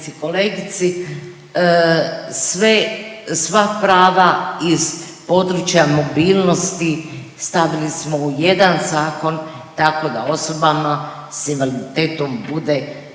sva prava iz područja mobilnosti, stavili smo u jedan zakon, tako da osobama s invaliditetom bude